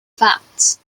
facts